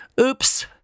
Oops